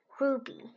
Ruby